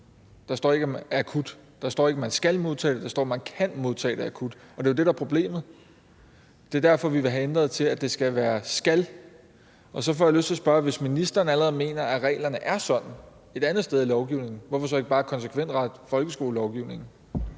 Der står ikke, at man skal modtage det, men der står, at man kan modtage det akut, og det er jo det, der er problemet. Det er derfor, vi vil have det ændret til, at det skal være skal. Og så får jeg lyst til at spørge: Hvis ministeren mener, at reglerne allerede er sådan et andet sted i lovgivningen, hvorfor så ikke bare konsekvensrette folkeskolelovgivningen?